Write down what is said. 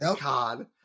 God